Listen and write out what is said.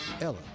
Ella